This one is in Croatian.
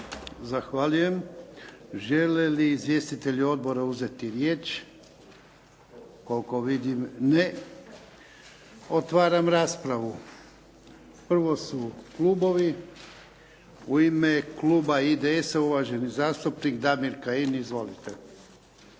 Zahvaljujem. Žele li izvjestitelji odbora uzeti riječ? Koliko vidim ne. Otvaram raspravu. Prvo su klubovi. U ime kluba IDS-a uvaženi zastupnik Damir Kajin. Izvolite.